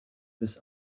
bis